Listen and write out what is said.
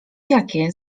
jakie